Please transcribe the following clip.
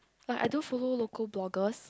but I don't follow local bloggers